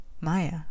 Maya